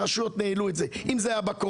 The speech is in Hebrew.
הרשויות ניהלו את זה אם זה היה בקורונה,